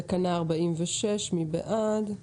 תקנה 46, מי בעד?